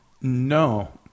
No